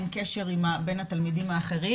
אין קשר בין התלמידים האחרים.